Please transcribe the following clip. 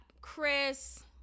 Chris